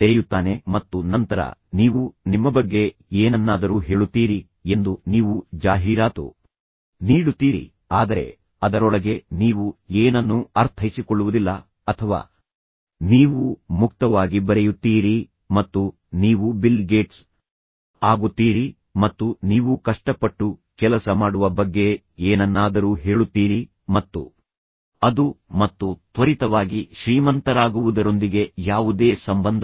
ತೆರೆಯುತ್ತಾನೆ ಮತ್ತು ನಂತರ ನೀವು ನಿಮ್ಮ ಬಗ್ಗೆ ಏನನ್ನಾದರೂ ಹೇಳುತ್ತೀರಿ ಎಂದು ನೀವು ಜಾಹೀರಾತು ನೀಡುತ್ತೀರಿ ಆದರೆ ಅದರೊಳಗೆ ನೀವು ಏನನ್ನೂ ಅರ್ಥೈಸಿಕೊಳ್ಳುವುದಿಲ್ಲ ಅಥವಾ ನೀವು ಮುಕ್ತವಾಗಿ ಬರೆಯುತ್ತೀರಿ ಮತ್ತು ನೀವು ಬಿಲ್ ಗೇಟ್ಸ್ ಆಗುತ್ತೀರಿ ಮತ್ತು ನೀವು ಕಷ್ಟಪಟ್ಟು ಕೆಲಸ ಮಾಡುವ ಬಗ್ಗೆ ಏನನ್ನಾದರೂ ಹೇಳುತ್ತೀರಿ ಮತ್ತು ಅದು ಮತ್ತು ತ್ವರಿತವಾಗಿ ಶ್ರೀಮಂತರಾಗುವುದರೊಂದಿಗೆ ಯಾವುದೇ ಸಂಬಂಧವಿಲ್ಲ